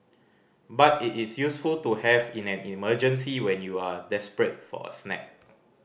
but it is useful to have in an emergency when you are desperate for a snack